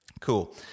Cool